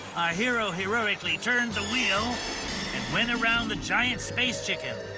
hero heroically turned the wheel and went around the giant space chicken.